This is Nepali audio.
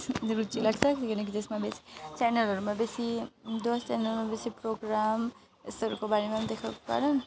इच्छुक रुचि लाग्छ किनकि त्यसमा बेसी च्यानलहरूमा बेसी डुवर्स च्यानलमा बेसी प्रोग्राम यस्तोहरूको बारेमा पनि देखाउ होइन